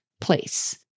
place